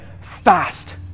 fast